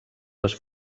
les